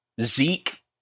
Zeke